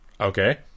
Okay